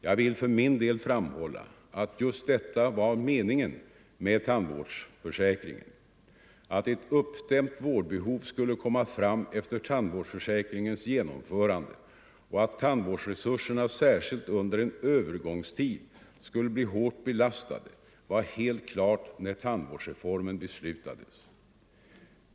Jag vill för min del framhålla att just detta var meningen med tandvårdsförsäkringen. Att ett uppdämt vårdbehov skulle komma fram efter tandvårdsförsäkringens genomförande och att tandvårdsresurserna särskilt under en övergångstid skulle bli hårt belastade var helt klart när tandvårdsreformen beslutades.